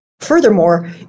Furthermore